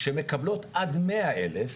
שמקבלות עד מאה אלף,